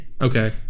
Okay